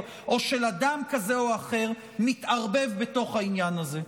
או של אדם כזה או אחר מתערבבים בתוך העניין הזה.